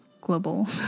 global